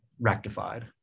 rectified